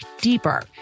deeper